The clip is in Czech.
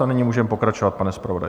A nyní můžeme pokračovat, pane zpravodaji.